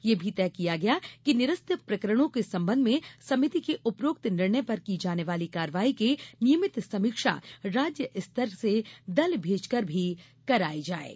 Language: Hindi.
यह भी तय किया गया है कि निरस्त प्रकरणों के संबंध में समिति के उपरोक्त निर्णय पर की जाने वाली कार्रवाई की नियमित समीक्षा राज्य स्तर से दल भेजकर भी करायी जायेगी